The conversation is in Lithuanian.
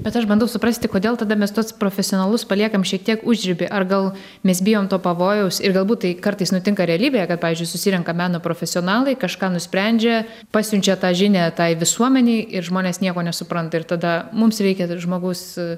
bet aš bandau suprasti kodėl tada mes tuos profesionalus paliekam šiek tiek užriby ar gal mes bijom to pavojaus ir galbūt tai kartais nutinka realybėje kad pavyzdžiui susirenka meno profesionalai kažką nusprendžia pasiunčia tą žinią tai visuomenei ir žmonės nieko nesupranta ir tada mums reikia ir žmogus